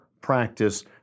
practice